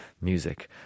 music